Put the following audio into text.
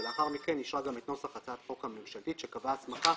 ולאחר מכן אישרה גם את נוסח הצעת החוק הממשלתית שקבעה הסמכה